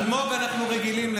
העוכר ישראל